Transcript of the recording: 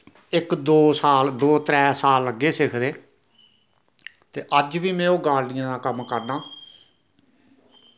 इक दो साल दो त्रै साल लग्गे सिखदे ते अज्ज बी ना ओह् गालडियें दा कम्म करना